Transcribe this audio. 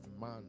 man